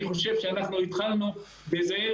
התחלנו בזה,